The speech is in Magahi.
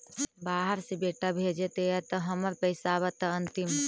बाहर से बेटा भेजतय त हमर पैसाबा त अंतिम?